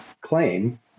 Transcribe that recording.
claim